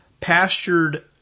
pastured